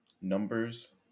numbers